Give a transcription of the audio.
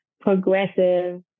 progressive